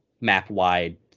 map-wide